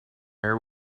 air